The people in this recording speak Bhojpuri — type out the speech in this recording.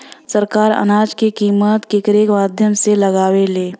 सरकार अनाज क कीमत केकरे माध्यम से लगावे ले?